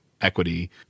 equity